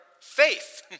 faith